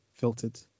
filtered